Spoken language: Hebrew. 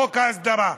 חוק ההסדרה,